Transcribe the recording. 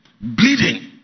Bleeding